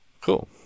cool